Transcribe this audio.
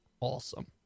awesome